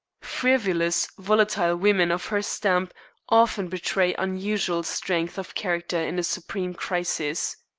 frivolous, volatile women of her stamp often betray unusual strength of character in a supreme crisis.